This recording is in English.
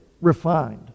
refined